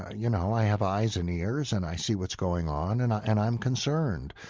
ah you know i have eyes and ears and i see what's going on. and ah and i'm concerned.